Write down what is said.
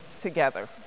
together